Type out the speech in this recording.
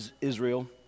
Israel